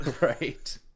Right